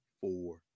four